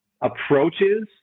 approaches